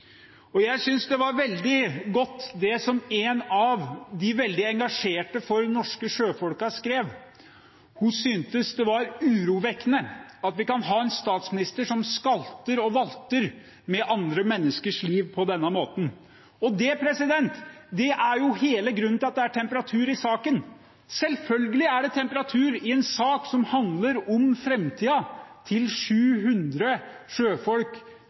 unngå. Jeg synes det var veldig godt, det som en av de veldig engasjerte for de norske sjøfolkene skrev. Hun syntes det var urovekkende at vi kunne ha en statsminister som skalter og valter med andre menneskers liv på denne måten. Det er jo hele grunnen til at det er temperatur i saken. Selvfølgelig er det temperatur i en sak som handler om framtiden til 700 sjøfolk,